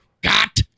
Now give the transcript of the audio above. got